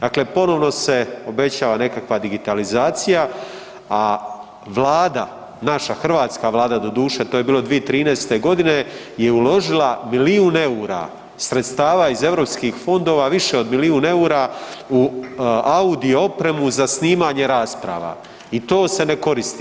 Dakle, ponovno se obećava nekakva digitalizacija, a vlada, naša hrvatska vlada, doduše to je bilo 2013.g., je uložila milijun EUR-a sredstava iz europskih fondova, više od milijun EUR-a u audio opremu za snimanje rasprava i to se ne koristi.